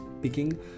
speaking